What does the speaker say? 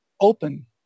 open